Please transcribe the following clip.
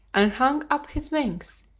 and hung up his wings,